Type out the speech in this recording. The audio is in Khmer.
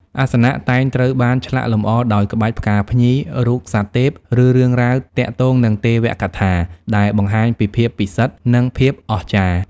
អាសនៈតែងត្រូវបានឆ្លាក់លម្អដោយក្បាច់ផ្កាភ្ញី រូបសត្វទេព ឬរឿងរ៉ាវទាក់ទងនឹងទេវកថា ដែលបង្ហាញពីភាពពិសិដ្ឋ និងភាពអស្ចារ្យ។